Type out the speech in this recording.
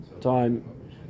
time